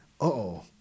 uh-oh